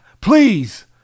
please